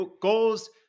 goals